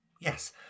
yes